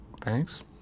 Thanks